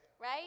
right